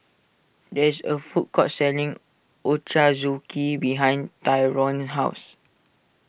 there is a food court selling Ochazuke behind Tyrone's house